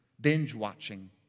binge-watching